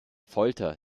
folter